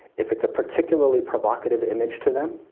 if it's a particularly provocative image to them,